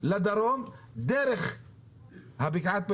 לדרום דרך הבקעה.